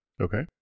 Okay